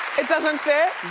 it doesn't fit?